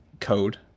code